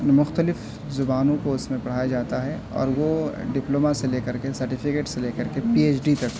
مختلف زبانوں کو اس میں پڑھایا جاتا ہے اور وہ ڈپلوما سے لے کر کے سرٹیفکیٹ سے لے کر کے پی ایچ ڈی تک